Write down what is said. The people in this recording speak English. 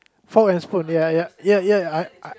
fork and spoon ya ya ya ya I I